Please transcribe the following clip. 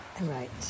Right